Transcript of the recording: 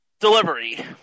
delivery